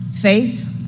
Faith